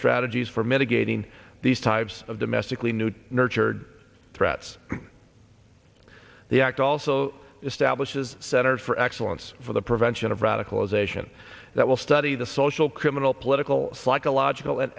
strategies for mitigating these types of domestically noot nurtured threats the act also establishes centers for excellence for the prevention of radicalization that will study the social criminal political psychological and